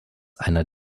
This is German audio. als